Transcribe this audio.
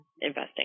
investing